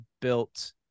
built